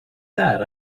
that